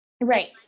Right